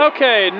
Okay